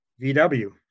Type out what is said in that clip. VW